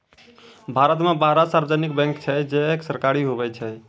भारत मे बारह सार्वजानिक बैंक छै जे सरकारी हुवै छै